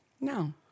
No